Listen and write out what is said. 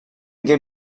get